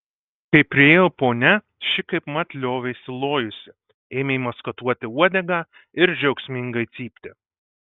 kai priėjo ponia ši kaipmat liovėsi lojusi ėmė maskatuoti uodegą ir džiaugsmingai cypti